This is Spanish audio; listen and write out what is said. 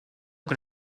con